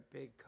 Big